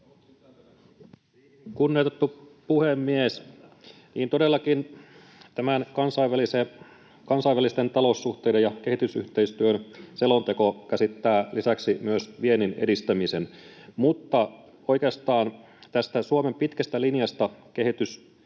Kunnioitettu puhemies! Niin, todellakin tämä kansainvälisten taloussuhteiden ja kehitysyhteistyön selonteko käsittää lisäksi myös viennin edistämisen. Mutta kyllähän se on oikeastaan niin, että tässä Suomen pitkässä linjassa kehitysavun